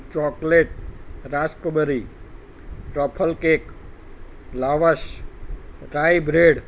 chocolate raspberry truffle cake lavash dry bread